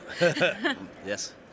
Yes